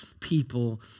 people